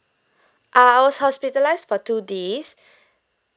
ah I was hospitalized for two days